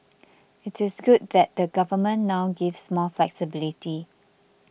it is good that the Government now gives more flexibility